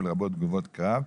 לרבות תגובות קרב".